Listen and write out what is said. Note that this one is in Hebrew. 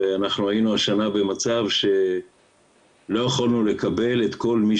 אנחנו היינו השנה במצב שלא יכולנו לקבל את כל מי